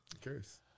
curious